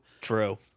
True